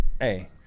hey